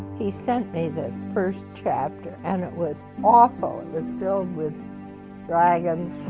he sent me this first chapter and it was awful. it was filled with dragons